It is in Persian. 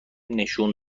نشون